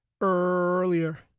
earlier